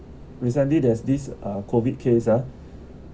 recently there's this uh COVID case ah